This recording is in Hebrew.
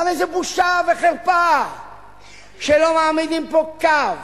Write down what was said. הרי זו בושה וחרפה שלא מעמידים פה קו,